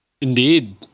Indeed